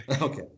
Okay